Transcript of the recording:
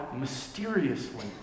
mysteriously